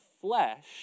flesh